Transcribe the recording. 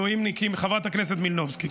חברת הכנסת יוליה מלינובסקי,